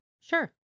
Sure